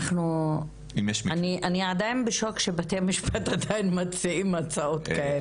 אנחנו עדיין בשוק שבתי המשפט עדיין מציעים הצעות כאלה.